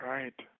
Right